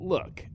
Look